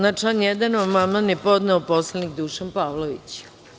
Na član 1. amandman je podneo poslanik Dušan Pavlović.